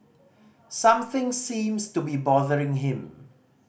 something seems to be bothering him